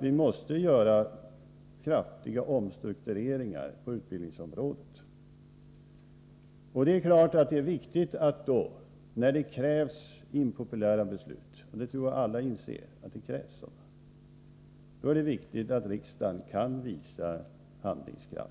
Vi måste göra kraftiga omstruktureringar på utbildningsområdet. När det krävs impopulära beslut — och jag tror att alla inser att det krävs sådana — är det viktigt att riksdagen kan visa handlingskraft.